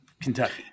Kentucky